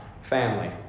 family